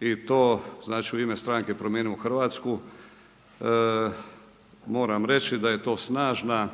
i to znači u ime stranke „Promijenimo Hrvatsku“ moram reći da je to snažna